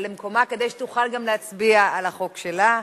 למקומה כדי שתוכל גם להצביע על החוק שלה.